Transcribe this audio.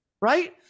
right